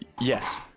Yes